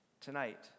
Tonight